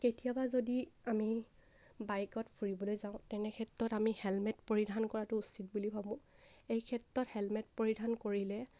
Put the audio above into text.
কেতিয়াবা যদি আমি বাইকত ফুৰিবলৈ যাওঁ তেনে ক্ষেত্ৰত আমি হেলমেট পৰিধান কৰাটো উচিত বুলি ভাবোঁ এই ক্ষেত্ৰত হেলমেট পৰিধান কৰিলে